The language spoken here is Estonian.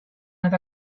nad